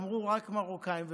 אמרו: רק מרוקאים ורומנים.